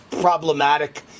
problematic